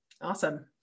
Awesome